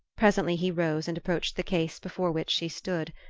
presently he rose and approached the case before which she stood.